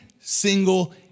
single